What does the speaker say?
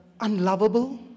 unlovable